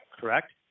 Correct